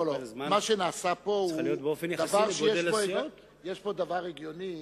מה שנעשה פה הוא דבר שיש בו היגיון.